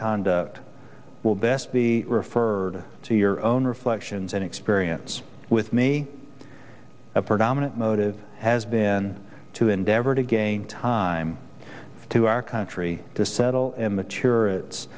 conduct will best be referred to your own reflections and experience with me a predominant motive has been to endeavor to gain time to our country to settle and mature it